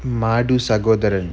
மாடு சகோதரன்:madu sakotharan